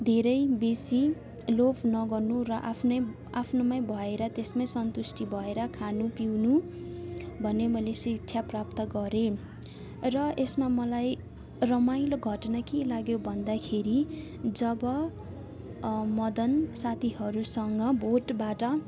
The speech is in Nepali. धेरै बेसी लोभ नगर्नु र आफ्नै आफ्नोमा भएर त्यसमा सन्तुष्टि भएर खानु पिउनु भन्यो भने शिक्षा प्राप्त गरे र यसमा मलाई रमाइलो घटना के लाग्यो भन्दाखेरि जब मदन साथीहरूसँग भोटबाट